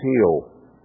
heal